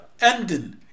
ending